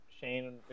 Shane